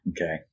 Okay